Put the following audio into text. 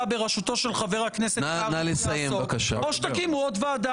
בראשותו של חבר הכנסת קרעי או שתקימו עוד ועדה.